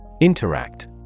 Interact